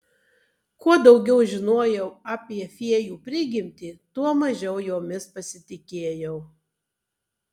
kuo daugiau žinojau apie fėjų prigimtį tuo mažiau jomis pasitikėjau